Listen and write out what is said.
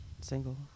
single